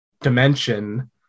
dimension